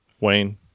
Wayne